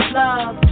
love